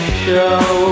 show